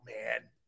man